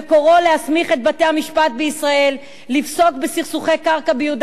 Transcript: בקוראו להסמיך את בתי-המשפט בישראל לפסוק בסכסוכי קרקע ביהודה